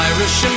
Irish